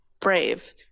brave